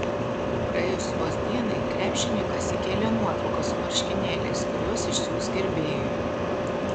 praėjus vos dienai krepšininkas įkėlė nuotrauką su marškinėliais kuriuos išsiųs gerbėjui